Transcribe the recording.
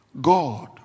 God